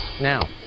now